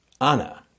Anna